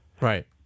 Right